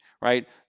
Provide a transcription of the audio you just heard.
right